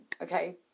okay